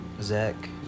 Zach